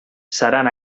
seran